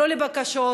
"לא" לבקשות,